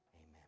Amen